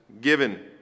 given